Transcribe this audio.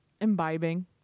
imbibing